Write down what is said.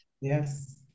Yes